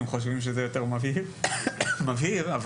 אם חושבים שהיא מבהירה את זה יותר,